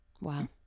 Wow